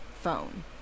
phone